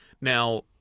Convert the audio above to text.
Now